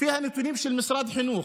לפי הנתונים של משרד החינוך,